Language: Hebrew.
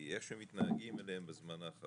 על פי איך שמתנהגים אליהם לאחרונה,